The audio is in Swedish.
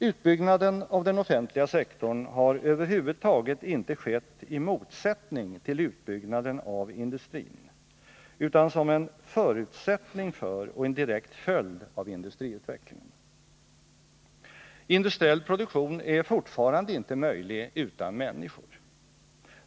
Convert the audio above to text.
Utbyggnaden av den offentliga sektorn har över huvud taget inte skett i motsättning till utbyggnaden av industrin, utan som en förutsättning för och en direkt följd av industriutvecklingen. Industriell produktion är fortfarande inte möjlig utan människor.